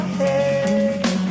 head